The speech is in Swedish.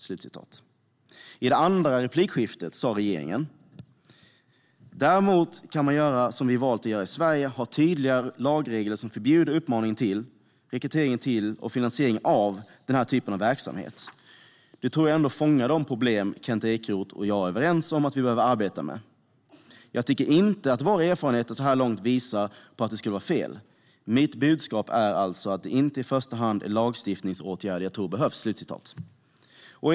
I sitt tredje inlägg sas från regeringen: "Däremot kan man göra som vi har valt att göra i Sverige: ha tydliga lagregler som förbjuder uppmaning till, rekrytering till och finansiering av den här typen av verksamhet. Det tror jag ändå fångar in de problem Kent Ekeroth och jag är överens om att vi behöver arbeta med. Jag tycker inte att våra erfarenheter så här långt visar på att det skulle vara fel. Mitt budskap är alltså att det inte i första hand är lagstiftningsåtgärder jag tror behövs."